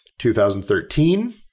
2013